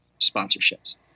sponsorships